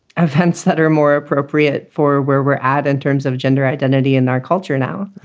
events that are more appropriate for where we're at in terms of gender identity in our culture now yeah,